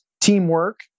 teamwork